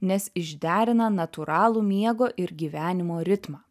nes išderina natūralų miego ir gyvenimo ritmą